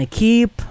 keep